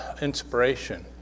inspiration